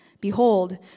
behold